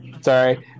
sorry